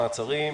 מעצרים),